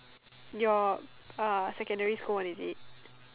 your uh secondary school one is it